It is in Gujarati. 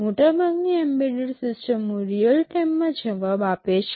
મોટા ભાગની એમ્બેડેડ સિસ્ટમો રીયલ ટાઇમ માં જવાબ આપે છે